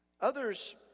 others